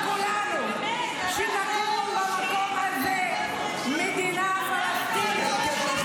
ותקום במקום הזה מדינה פלסטינית ----- חברי הכנסת,